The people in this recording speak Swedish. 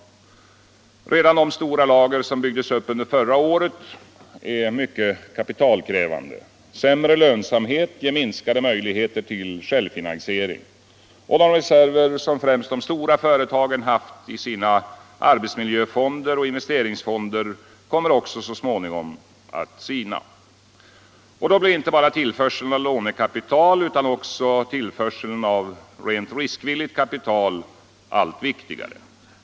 Redan de stora lager som byggdes upp under förra året är mycket kapitalkrävande. Sämre lönsamhet ger minskade möjligheter till självfinansiering. De reserver som främst de stora företagen haft i sina arbetsmiljöfonder och investeringsfonder kommer så småningom också att sina. Då blir inte bara tillförseln av lånekapital utan också tillförseln av riskvilligt kapital allt viktigare.